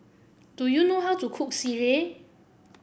do you know how to cook sireh